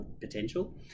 potential